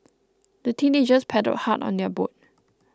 the teenagers paddled hard on their boat